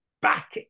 back